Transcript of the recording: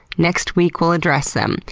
next week we'll address them.